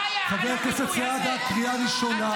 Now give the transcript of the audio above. חבר הכנסת סעדה, קריאה ראשונה.